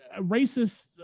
racist